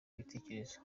ibitekerezo